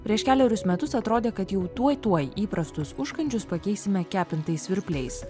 prieš kelerius metus atrodė kad jau tuoj tuoj įprastus užkandžius pakeisime kepintais svirpliais